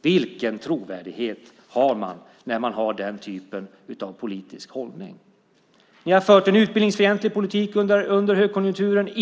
Vilken trovärdighet har man med den typen av politisk hållning?